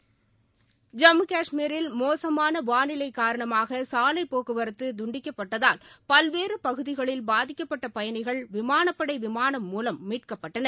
ஐம்மு சாஷ்மீரில் மோசமான வானிலை காரணமாக சாலை போக்குவரத்து துண்டிக்கப்பட்டதால் பல்வேறு பகுதிகளில் பாதிக்கப்பட்ட பயணிகள் விமானப்படை விமானம் மூலம் மீட்கப்பட்டனர்